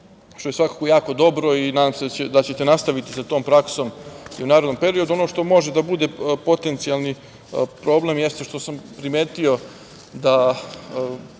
što je svakako jako dobro i nadam se da ćete nastaviti sa tom praksom i u narednom periodu. Ono što može da bude potencijalni problem, jeste što sam primetio da